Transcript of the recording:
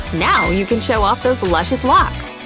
now you can show off those luscious locks!